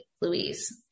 Louise